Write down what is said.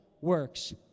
works